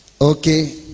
Okay